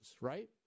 right